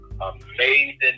amazing